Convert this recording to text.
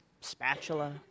spatula